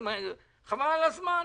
חבל על הזמן.